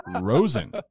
Rosen